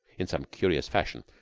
in some curious fashion,